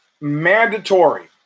mandatory